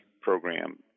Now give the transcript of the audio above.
program